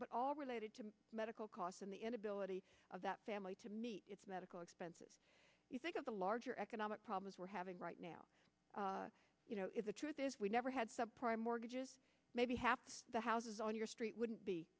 that all related to medical costs and the inability of that family to meet medical expenses you think of the larger economic problems we're having right now you know if the truth is we never had subprime mortgages maybe half the houses on street wouldn't be